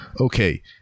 okay